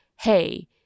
hey